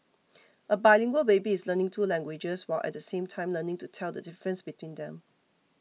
a bilingual baby is learning two languages while at the same time learning to tell the difference between them